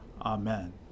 Amen